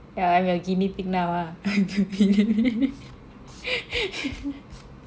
yeah I'm your guinea pig now ah